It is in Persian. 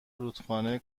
رودخانه